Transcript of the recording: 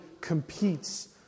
competes